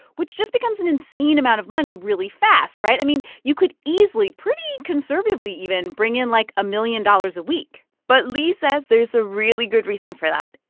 which just becomes an insane amount of money really fast. right? i mean, you could easily pretty conservatively, even bring in, like, a million dollars a week but lee says there's a really good reason for that.